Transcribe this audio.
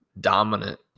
dominant